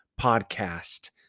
podcast